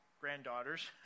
granddaughters